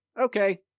okay